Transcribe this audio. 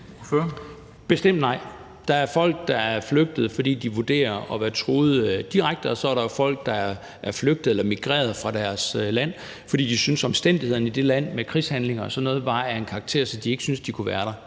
Bestemt nej. Der er folk, der er flygtet, fordi de vurderer at være truet direkte, og så er der jo folk, der er flygtet eller migreret fra deres land, fordi de synes, at omstændighederne i det land med krigshandlinger og sådan noget er af en karakter, så de ikke kan være der;